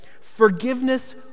Forgiveness